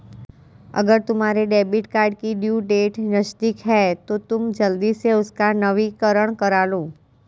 अगर तुम्हारे debit card की ड्यू डेट नज़दीक है तो तुम जल्दी से उसका नवीकरण करालो